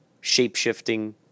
shape-shifting